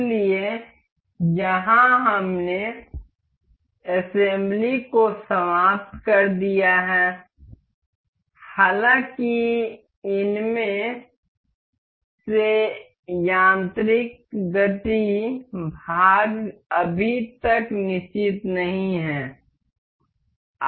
इसलिए यहां हमने इस असेम्ब्ली को समाप्त कर दिया है हालाँकि इनमें से यांत्रिक गति भाग अभी तक निश्चित नहीं है